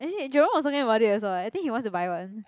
is it Jerome was talking about it also leh I think he wants to buy one